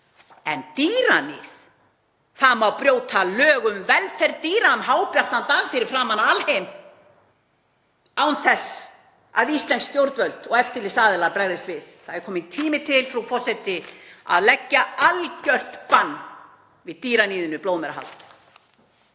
En dýraníð, það má brjóta lög um velferð dýra um hábjartan dag fyrir framan alheim án þess að íslensk stjórnvöld og eftirlitsaðilar bregðist við. Frú forseti. Það er kominn tími til að leggja algjört bann við dýraníðinu blóðmerahaldi.